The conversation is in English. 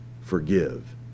Forgive